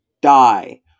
die